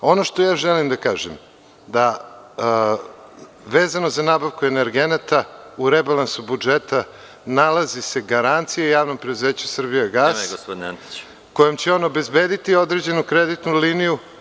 Ono što želim da kažem, vezano za nabavku energenata, u rebalansu budžeta nalazi se garancija JP „Srbijagas“, kojom će on obezbediti određenu kreditnu liniju.